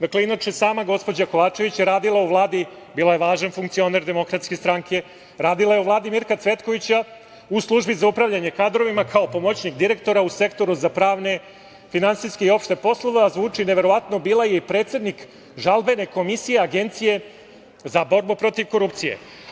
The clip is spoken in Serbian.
Dakle, inače sama gospođa Kovačević je radila u Vladi, bila je važan funkcioner DS, radila je u Vladi Mirka Cvetkovića u službi za upravljanje kadrovima kao pomoćnik direktora u Sektoru za pravne, finansijske i opšte poslove, a zvuči neverovatno, bila je i predsednik žalbene komisije Agencije za borbu protiv korupcije.